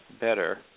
better